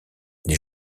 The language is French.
les